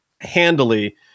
handily